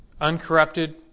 Uncorrupted